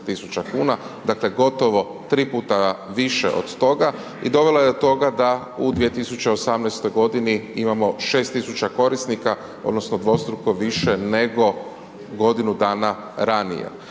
dakle gotovo 3 puta više od toga i dovela je do toga da u 2018. godini imamo 6.000 korisnika odnosno dvostruko više nego godinu dana radnije.